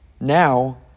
Now